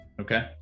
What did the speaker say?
Okay